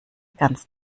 ganz